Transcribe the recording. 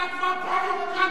אתה כבר פרובוקטור.